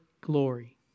glory